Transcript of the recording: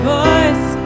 voice